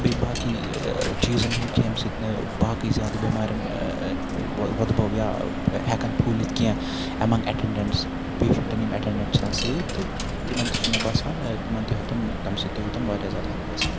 بیٚیہِ باقٕے چیٖزَن ہُنٛد کہِ ییٚمہِ سۭتۍ نہٕ باقٕے زیادٕ بیٚمارٮ۪ن ووٚدبَو یا ہیٚکَن پھوٗلِتھ کینٛہہ ایٚمَنٛگ ایٚٹَنڈَنٛٹس پیشَنٛٹَن یِم ایٚٹَنڈَنٛٹ چھِ آسان سۭتۍ تہٕ تِمَن تہِ چھُ مےٚ باسان تِمَن تہِ ہیٚوتُن تمہِ سۭتۍ تہِ ہیٚوتُن واریاہ زیاد ہیٚلپ گَژھٕنۍ